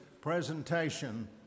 presentation